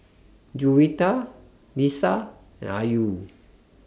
Juwita Lisa and Ayu